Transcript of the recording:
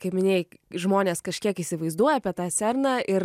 kaip minėjai žmonės kažkiek įsivaizduoja apie tą serną ir